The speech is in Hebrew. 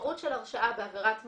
המשמעות של הרשאה בעבירת מין,